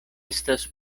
estas